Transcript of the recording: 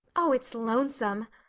oh, it's lonesome!